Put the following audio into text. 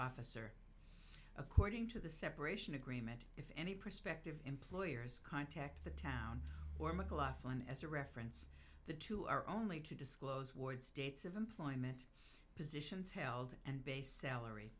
officer according to the separation agreement if any prospective employers contact the town or mclaughlin as a reference the two are only to disclose words dates of employment positions held and base salary